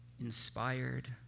inspired